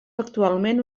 actualment